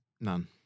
none